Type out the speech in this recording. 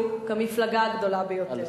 לא הצלחתם לעשות אפילו כמפלגה הגדולה ביותר.